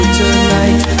tonight